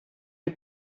you